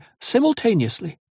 simultaneously